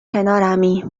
کنارمی